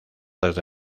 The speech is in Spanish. desde